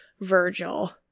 Virgil